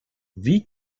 wie